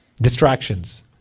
distractions